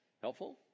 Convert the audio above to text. Helpful